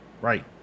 Right